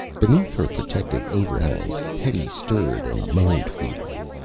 beneath her protective overhang, hetty stirred and moaned feebly.